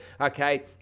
okay